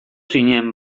zinen